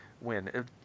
Win